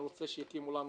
אני רוצה שיקימו לנו